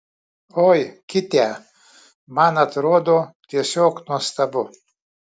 oi kitę man atrodo tiesiog nuostabu